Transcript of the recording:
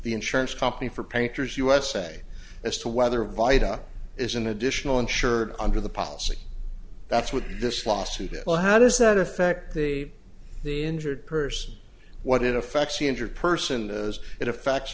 the insurance company for painters usa as to whether vita is an additional insured under the policy that's what this lawsuit is well how does that affect the the injured person what it affects the injured person as it affects